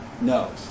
No